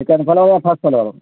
second فووریا first floor